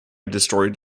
destroyed